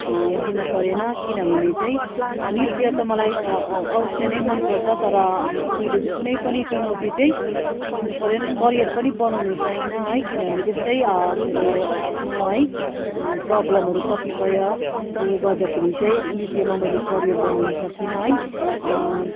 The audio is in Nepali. दिन परेन किनभने चाहिँ नृत्य त मलाई अवश्य नै मन पर्छ तर मैले चाहिँ कुनै पनि चुनौती चाहिँ दिनु परेन करियर पनि बनाउनु चाहिनँ है किनभने त्यस्तै मेरो आफ्नो है प्रब्लमहरू कतिपयले गर्दाखेरि चाहिँ नृत्यमा मैले करियर बनाउनु सकिनँ है